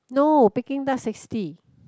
no Peking-duck sixty